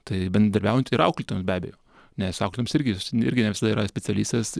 tai bendradarbiaujant ir auklėtojom be abejo nes auklėtojoms irgi irgi ne visada yra specialistės